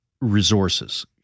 resources